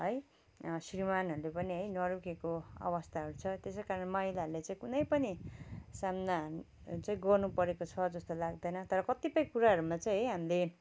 है श्रीमानहरूले पनि है नरोकेको अवस्थाहरू छ त्यसै कारण महिलाहरूले चाहिँ कुनै पनि सामना चाहिँ गर्नु परेको छ जस्तो लाग्दैन तर कतिपय कुराहरूमा चाहिँ है हामीले